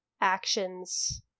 actions